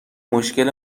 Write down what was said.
مشکل